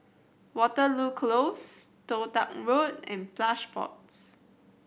Waterloo Close Toh Tuck Road and Plush Pods